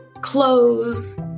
clothes